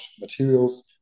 materials